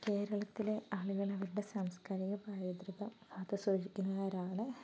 കേരളത്തിലെ ആളുകൾ അവരുടെ സാംസ്കാരിക പൈതൃകം കാത്തുസൂക്ഷിക്കുന്നവരാണ്